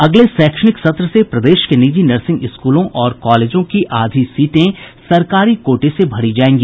अगले शैक्षणिक सत्र से प्रदेश के निजी नर्सिंग स्कूलों और कॉलेजों की आधी सीटें सरकारी कोटे से भरी जायेंगी